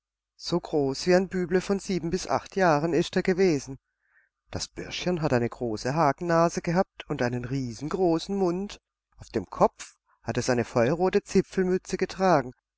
so groß wie ein büble von sieben bis acht jahren ist er gewesen das bürschchen hat eine große hakennase gehabt und einen riesengroßen mund auf dem kopf hat es eine feuerrote zipfelmütze getragen